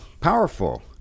powerful